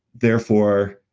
therefore,